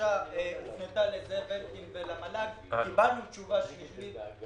הבקשה הופנתה לזאב אלקין ולמל"ג וקיבלנו תשובה שלילית.